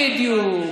רבה, אדוני.